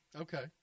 Okay